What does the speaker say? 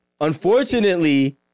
Unfortunately